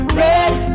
red